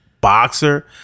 boxer